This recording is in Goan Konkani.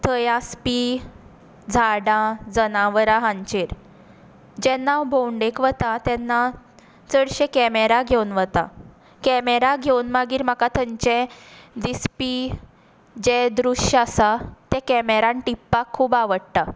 थंय आसपी झाडां जनावरां हांचेर जेन्ना हांव भोवंडेक वता तेन्ना चडशें केमेरा घेवन वतां केमेरा घेवन मागीर म्हाका थंयचे दिसपी जें दृश्य आसा तें केमेरान टिपपाक खूब आवडटा